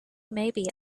maybe